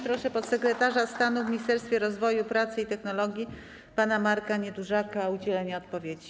Proszę podsekretarza stanu w Ministerstwie Rozwoju, Pracy i Technologii pana Marka Niedużaka o udzielenie odpowiedzi.